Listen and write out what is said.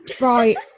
right